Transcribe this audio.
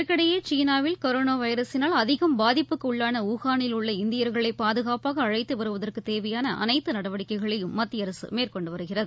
இதற்கிடையே சீனாவில் கொரோனா வைரஸினால் அதிகம் பாதிப்புக்கு உள்ளான உஹானில் உள்ள இந்தியர்களை பாதுகாப்பாக அழத்து வருவதற்கு தேவையான அனைத்து நடவடிக்கைகளையும் மத்திய அரசு மேற்கொண்டு வருகிறது